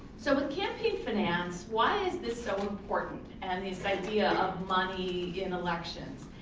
so with campaign finance, why is this so important, and this idea of money in elections,